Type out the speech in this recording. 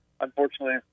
unfortunately